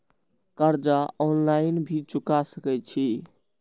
कर्जा ऑनलाइन भी चुका सके छी?